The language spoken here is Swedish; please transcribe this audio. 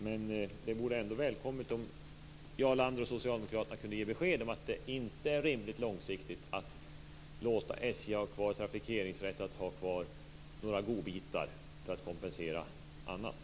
Men det vore ändå välkommet om Jarl Lander och Socialdemokraterna kunde ge besked om att det inte är rimligt långsiktigt att låta SJ ha kvar trafikeringsrätten, några godbitar, för att kompensera annat.